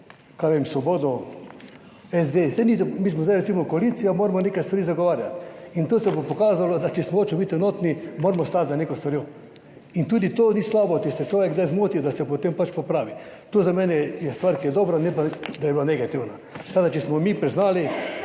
kaj vem, Svobodo, SDS(?). Saj ni, mi smo zdaj recimo koalicija, moramo neke stvari zagovarjati in tu se bo pokazalo, da če smo hočemo biti enotni, moramo stati za neko stvarjo in tudi to ni slabo, če se človek kdaj zmoti, da se potem pač popravi. To za mene je stvar, ki je dobra, ne pa, da bi bila negativna, tako, da, če smo mi priznali,